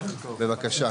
בבקשה.